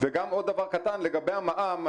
וגם עוד דבר קטן, לגבי המע"מ.